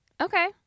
Okay